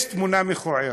יש תמונה מכוערת.